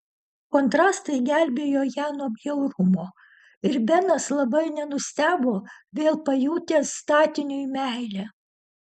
kontrastai gelbėjo ją nuo bjaurumo ir benas labai nenustebo vėl pajutęs statiniui meilę